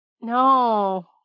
no